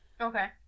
okay